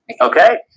Okay